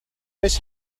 miss